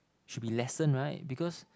should be lesser right because